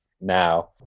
now